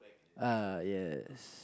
ah yes